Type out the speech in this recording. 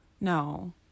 No